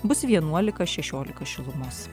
bus vienuolika šešiolika šilumos